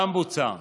גם בוצע.